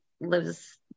lives